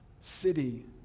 city